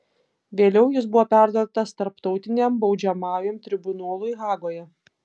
vėliau jis buvo perduotas tarptautiniam baudžiamajam tribunolui hagoje